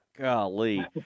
Golly